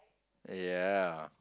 ya